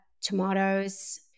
tomatoes